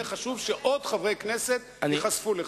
יהיה חשוב שעוד חברי כנסת ייחשפו לזה.